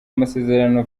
amasezerano